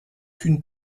qu’une